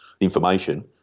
information